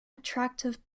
attractive